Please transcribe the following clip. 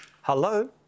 Hello